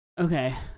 Okay